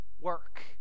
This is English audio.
Work